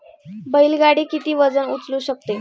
बैल गाडी किती वजन उचलू शकते?